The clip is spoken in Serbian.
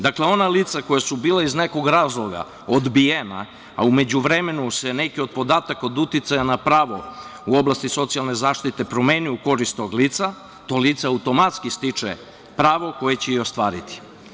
Dakle, ona lica koja su bila iz nekog razloga odbijena, a u međuvremenu se neki od podataka od uticaja na pravo u oblasti socijalne zaštite promene u korist tog lica, to lice automatski stiče pravo koje će i ostvariti.